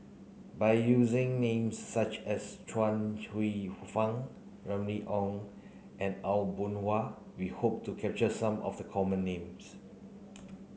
by using names such as Chuang Hsueh Fang Remy Ong and Aw Boon Haw we hope to capture some of the common names